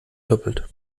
doppelt